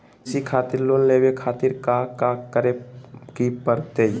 कृषि खातिर लोन लेवे खातिर काका करे की परतई?